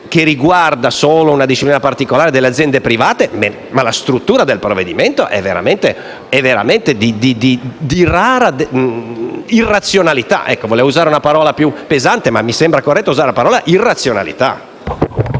che riguarda una disciplina particolare delle aziende private. La struttura del provvedimento è veramente di rara irrazionalità. Volevo usare una parola più pesante, ma mi sembra corretto usare questa. *(Applausi dal